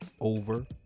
over